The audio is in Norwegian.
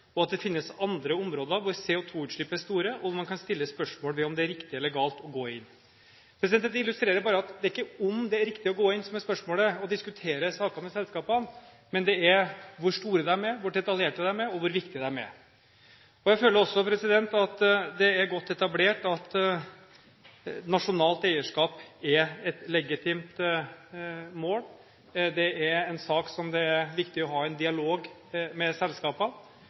Det finnes også andre områder hvor CO2-utslipp er store, og hvor man kan stille spørsmål ved om det er riktig eller galt å gå inn Dette illustrerer bare at det er ikke om det er riktig å gå inn, som er spørsmålet, og diskutere saker med selskapene, men det er hvor store de er, hvor detaljerte de er, og hvor viktige de er. Jeg føler også at det er godt etablert at nasjonalt eierskap er et legitimt mål. Det er en sak der det er viktig å ha en dialog med